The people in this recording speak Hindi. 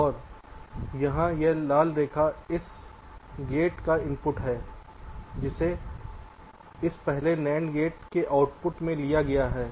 और यहाँ यह लाल रेखा इस NOT गेट का इनपुट है जिसे इस पहले NAND गेट के आउटपुट से लिया गया है